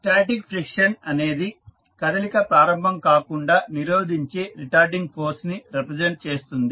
static friction అనేది కదలిక ప్రారంభం కాకుండా నిరోధించే రిటార్డింగ్ ఫోర్స్ ని రిప్రజెంట్ చేస్తుంది